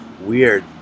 weird